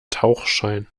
tauchschein